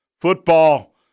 Football